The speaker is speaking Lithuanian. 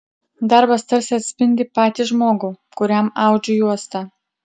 darbas tarsi atspindi patį žmogų kuriam audžiu juostą